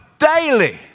daily